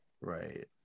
Right